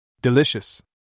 Delicious